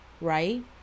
Right